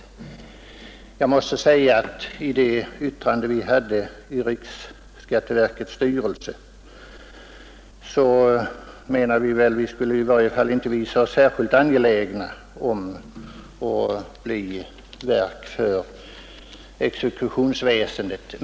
I det yttrande som vi avgav från riksskatteverkets styrelse ville vi väl inte visa oss särskilt angelägna om att bli centralmyndighet för exekutionsväsendet.